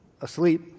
asleep